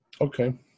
Okay